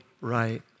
right